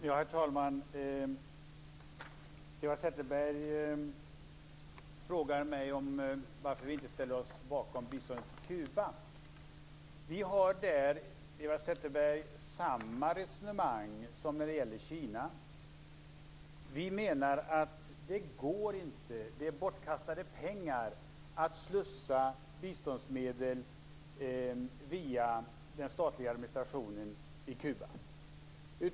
Herr talman! Eva Zetterberg frågar mig varför vi inte ställer oss bakom biståndet till Kuba. Vi har där, Eva Zetterberg, samma resonemang som när det gäller Kina. Vi menar att det inte går, att det är bortkastade pengar, att slussa biståndsmedel via den statliga administrationen i Kuba.